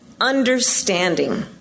understanding